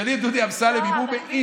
תשאלי את דודי אמסלם אם הוא מעז,